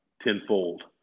tenfold